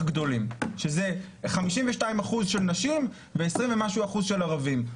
גדולים שזה 52% של נשים ומעל 20% של ערבים.